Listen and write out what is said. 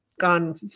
Gone